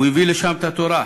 הוא הביא לשם את התורה,